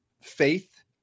faith